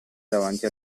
davanti